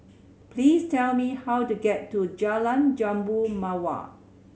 please tell me how to get to Jalan Jambu Mawar